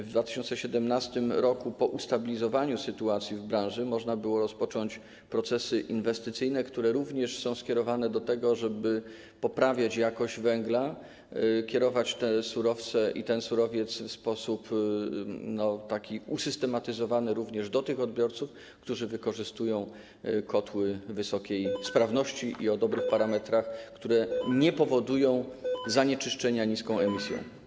W 2017 r., po ustabilizowaniu sytuacji w branży, można było rozpocząć procesy inwestycyjne, które również są skierowane w stronę tego, żeby poprawiać jakość węgla, kierować ten surowiec w sposób usystematyzowany również do tych odbiorców, którzy wykorzystują kotły wysokiej sprawności i o dobrych parametrach, które nie powodują zanieczyszczenia niską emisją.